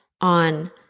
on